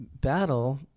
battle